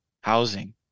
housing